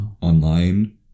online